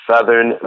Southern